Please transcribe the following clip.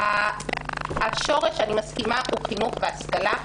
אני מסכימה, השורש הוא חינוך והשכלה.